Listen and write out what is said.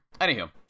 Anywho